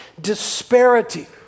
disparity